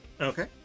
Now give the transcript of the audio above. okay